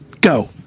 Go